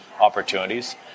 opportunities